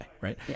Right